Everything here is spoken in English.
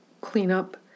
cleanup